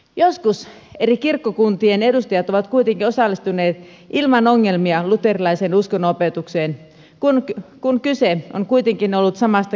joskus eri kirkkokuntien edustajat ovat kuitenkin osallistuneet ilman ongelmia luterilaiseen uskonnonopetukseen kun kyse on kuitenkin ollut samasta kristinuskosta